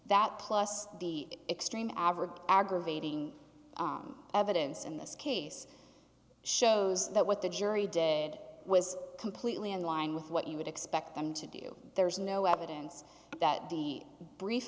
that plus the extreme average aggravating evidence in this case shows that what the jury did was completely in line with what you would expect them to do there's no evidence that the brief